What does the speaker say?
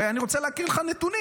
ואני רוצה להקריא לך נתונים.